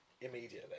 immediately